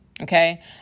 Okay